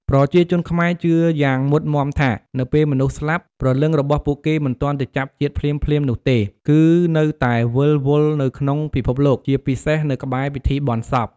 ប្រជាជនខ្មែរជឿយ៉ាងមុតមាំថា នៅពេលមនុស្សស្លាប់ ព្រលឹងរបស់ពួកគេមិនទាន់ទៅចាប់ជាតិភ្លាមៗនោះទេ គឺនៅតែវិលវល់នៅក្នុងពិភពលោក ជាពិសេសនៅក្បែរពិធីបុណ្យសព។